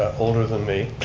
ah older than me.